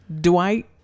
Dwight